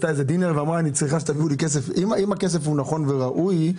אם הכסף הוא נכון וראוי,